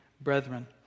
Brethren